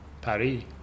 Paris